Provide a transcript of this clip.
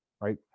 right